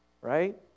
Right